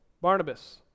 Barnabas